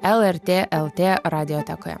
lrt lt radiotekoje